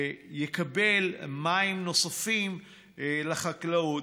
יקבל מים נוספים לחקלאות.